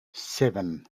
seven